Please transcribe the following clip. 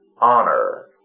honor